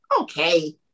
okay